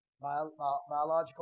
biological